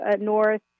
north